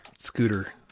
Scooter